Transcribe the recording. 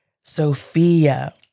Sophia